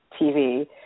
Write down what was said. TV